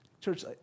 Church